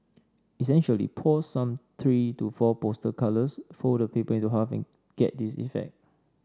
essentially pour some three to four poster colours fold the paper into half and get this effect